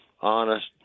honest